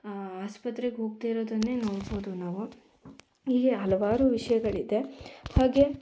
ಆಸ್ಪತ್ರೆಗೆ ಹೋಗ್ತಾಯಿರೋದನ್ನೇ ನೋಡ್ಬೋದು ನಾವು ಹೀಗೆ ಹಲವಾರು ವಿಷಯಗಳಿದೆ ಹಾಗೆ